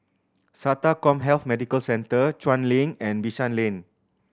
SATA CommHealth Medical Centre Chuan Link and Bishan Lane